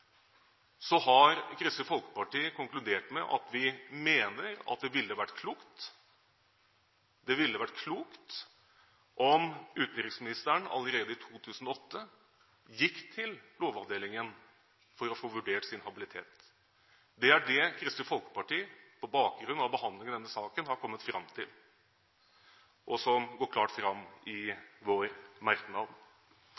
har Kristelig Folkeparti konkludert med at vi mener det ville vært klokt om utenriksministeren allerede i 2008 hadde gått til Lovavdelingen for å få vurdert sin habilitet. Det er det Kristelig Folkeparti, på bakgrunn av behandlingen av denne saken, har kommet fram til, og som går klart fram i